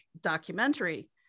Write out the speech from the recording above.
documentary